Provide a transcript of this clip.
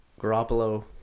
Garoppolo